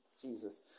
Jesus